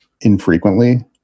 infrequently